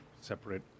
separate